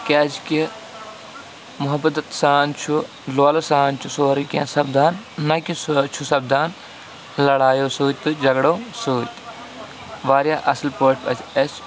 کیٛازِکہِ محبت سان چھُ لولہٕ سان چھُ سورُے کینٛہہ سَپدان نہ کہِ سُہ سَپدان لَڑایو سۭتۍ تہٕ جھگڑو سۭتۍ واریاہ اَصٕل پٲٹھۍ پَزِ اَسہِ